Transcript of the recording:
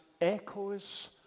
echoes